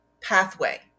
pathway